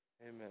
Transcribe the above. Amen